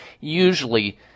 Usually